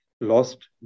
Lost